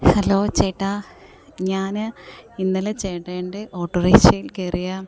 hello ചേട്ടാ ഞാൻ ഇന്നലെ ചേട്ടൻ്റെ ഓട്ടോറിക്ഷയിൽ കയറിയ